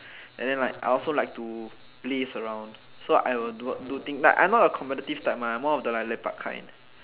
and then like I also like to laze around so I will do things like I not a competitive type mah I'm more of the lepak kind